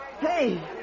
Hey